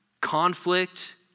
conflict